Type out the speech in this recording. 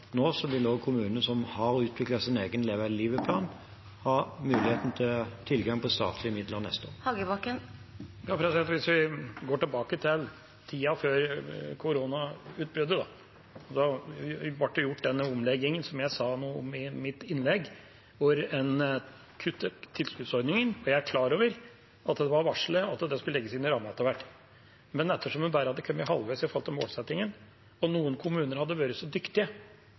vil også kommunene som har utviklet sin egen Leve hele livet-plan, ha tilgang på statlige midler neste år. Hvis vi går tilbake til tida før koronautbruddet – da ble den omleggingen gjort som jeg sa noe om i mitt innlegg, der en kuttet tilskuddsordningen. Jeg er klar over at det var varslet at det skulle legges inn i rammen etter hvert, men ettersom en bare hadde kommet halvveis i forhold til målsettingen og noen kommuner hadde vært så dyktige